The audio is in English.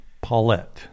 Paulette